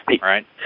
right